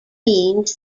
means